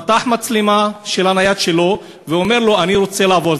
הוא פתח מצלמה של הנייד שלו ואמר לו: אני רוצה לעבור,